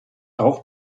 auch